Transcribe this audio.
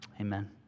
Amen